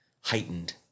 heightened